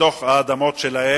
בתוך האדמות שלהם.